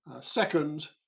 Second